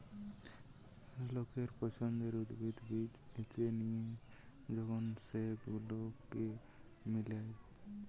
লোকের পছন্দের উদ্ভিদ, বীজ বেছে লিয়ে যখন সেগুলোকে মিলায়